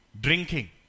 drinking